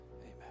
Amen